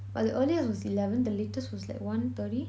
but the earliest was eleven the latest was like one thirty